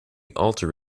alter